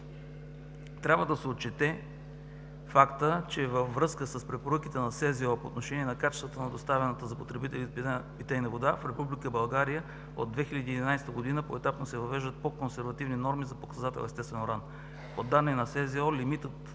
Трябва да се отчете фактът, че във връзка с препоръките на СЗО по отношение на качеството на доставената за потребителите питейна вода в Република България от 2011 г. поетапно се въвеждат по-консервативни норми за показател „естествен уран“. По данни на СЗО лимитът